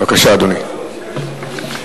העונשין (תיקון,